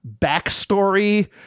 backstory